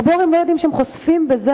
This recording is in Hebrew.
הרבה הורים לא יודעים שהם חושפים באותו